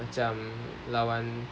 macam lawan